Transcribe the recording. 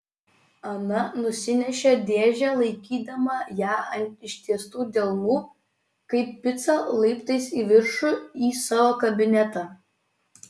ana nusinešė dėžę laikydama ją ant ištiestų delnų kaip picą laiptais į viršų į savo kabinetą